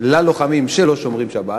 ללוחמים שלא שומרים שבת,